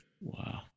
Wow